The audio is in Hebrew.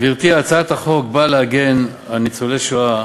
גברתי, הצעת החוק באה להגן על ניצולי שואה,